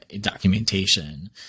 documentation